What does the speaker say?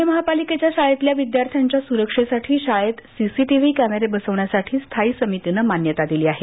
पुणे महापालिकेच्या शाळेतल्या विद्यार्थ्यांच्या सुरक्षेसाठी शाळेत सीसीटिव्ही कॅमेरे बसवण्यासाठी स्थायी समितीनं मान्यता दिली आहे